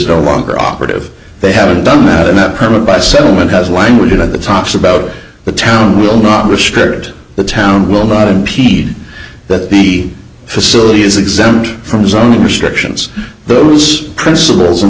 no longer operative they haven't done that and that perma by settlement has language in the tops about the town will not restrict the town will not impede that the facility is exempt from zoning restrictions those principles